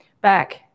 back